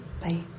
Bye